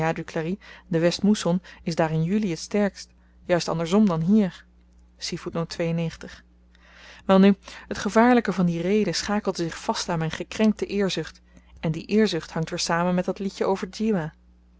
de westmousson is daar in juli t sterkst juist andersom dan hier welnu t gevaarlyke van die reede schakelde zich vast aan myn gekrenkte eerzucht en die eerzucht hangt weer samen met dat liedjen over